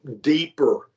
deeper